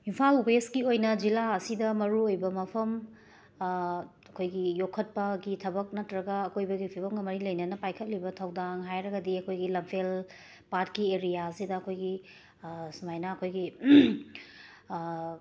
ꯏꯝꯐꯥꯜ ꯋꯦꯁꯀꯤ ꯑꯣꯏꯅ ꯖꯤꯂꯥ ꯑꯁꯤꯗ ꯃꯔꯨ ꯑꯣꯏꯕ ꯃꯐꯝ ꯑꯩꯈꯣꯏꯒꯤ ꯌꯣꯛꯈꯠꯄꯒꯤ ꯊꯕꯛ ꯅꯠꯇꯔꯒ ꯑꯀꯣꯏꯕꯒꯤ ꯐꯤꯕꯝꯒ ꯃꯔꯤ ꯂꯩꯅꯅ ꯄꯥꯏꯈꯠꯂꯤꯕ ꯊꯧꯗꯥꯡ ꯍꯥꯏꯔꯒꯗꯤ ꯑꯩꯈꯣꯏꯒꯤ ꯂꯝꯐꯦꯜ ꯄꯥꯠꯀꯤ ꯑꯦꯔꯤꯌꯥꯁꯤꯗ ꯑꯩꯈꯣꯏꯒꯤ ꯁꯨꯃꯥꯏꯅ ꯑꯩꯈꯣꯏꯒꯤ